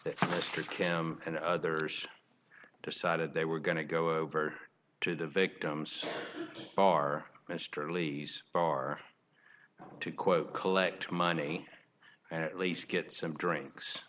mr kim and others decided they were going to go over to the victims bar mr lee's bar to quote collect money and at least get some drinks